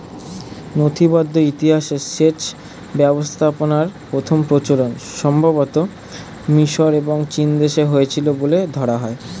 নথিবদ্ধ ইতিহাসে সেচ ব্যবস্থাপনার প্রথম প্রচলন সম্ভবতঃ মিশর এবং চীনদেশে হয়েছিল বলে ধরা হয়